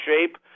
shape